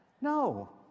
No